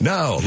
Now